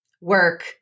work